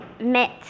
met